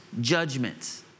Judgment